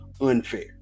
unfair